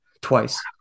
twice